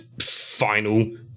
final